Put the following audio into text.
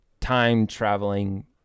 time-traveling